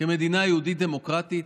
כמדינה יהודית דמוקרטית,